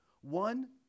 One